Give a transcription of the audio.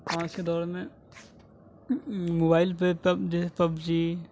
آج کے دور میں موبائل پہ جیسے پب جی